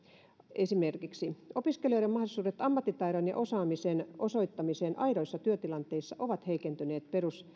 esimerkiksi opiskelijoiden mahdollisuudet ammattitaidon ja osaamisen osoittamiseen aidoissa työtilanteissa ovat heikentyneet